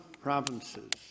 provinces